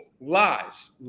lies